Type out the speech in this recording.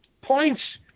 points